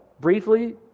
briefly